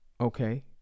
Okay